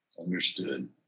Understood